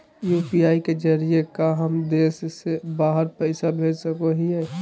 UPI के जरिए का हम देश से बाहर पैसा भेज सको हियय?